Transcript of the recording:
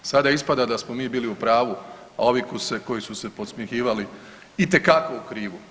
Sada ispada da smo mi bili u pravu, a ovi koji su se podsmjehivali itekako u krivu.